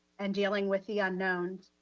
and dealing with the unknowns.